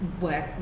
work